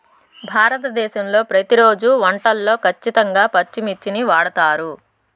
భారతదేశంలో ప్రతిరోజు వంటల్లో ఖచ్చితంగా పచ్చిమిర్చిని వాడుతారు